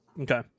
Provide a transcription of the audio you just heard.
Okay